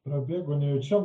prabėgo nejučia